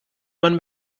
man